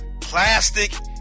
plastic